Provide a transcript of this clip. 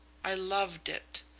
i loved it.